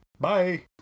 Bye